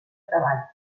treball